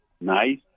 nice